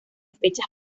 fechas